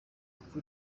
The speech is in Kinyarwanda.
uku